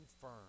firm